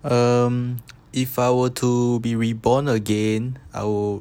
um if I were to be reborn again I'll